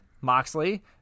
Moxley